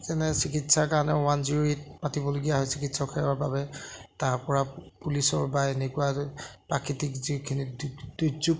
যেনে চিকিৎসাৰ কাৰণে ওৱান জিৰ' এইট মাতিবলগীয়া হয় চিকিৎসাসেৱাৰ বাবে তাৰপৰা পুলিচৰ বা এনেকুৱা প্ৰাকৃতিক যিখিনি দুৰ্যোগ